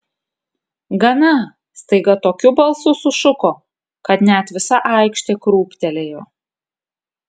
gana staiga tokiu balsu sušuko kad net visa aikštė krūptelėjo